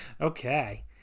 okay